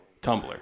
Tumblr